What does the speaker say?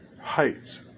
heights